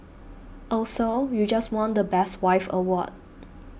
also you just won the best wife award